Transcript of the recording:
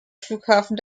flughafen